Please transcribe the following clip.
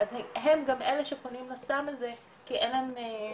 והם גם אלה שפונים לסם הזה כי אין להם,